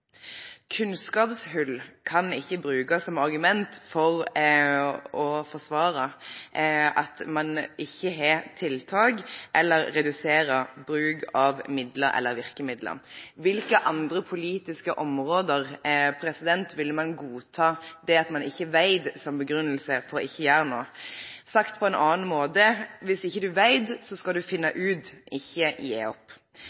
Kunnskapshull kan ikke brukes som argument for å forsvare at man ikke har tiltak, eller reduserer bruken av midler eller virkemidler. På hvilke andre politiske områder ville man godta det at man ikke vet, som begrunnelse for ikke å gjøre noe? Sagt på en annen måte: Hvis en ikke vet, skal en finne ut – ikke gi opp.